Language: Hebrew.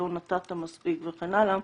לא נתת מספיק וכן הלאה.